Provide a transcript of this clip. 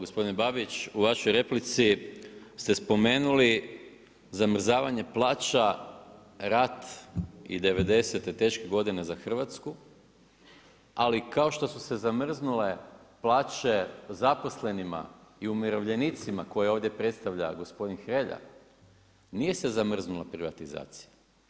Gospodine Babić, u vašoj replici ste spomenuli zamrzavanje plaća, rat i devedesete, teške godine za Hrvatsku, ali kao što su se zamrznule plaće zaposlenima i umirovljenicima koje ovdje predstavlja gospodin Hrelja, nije se zamrznula privatizacija.